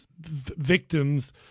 victims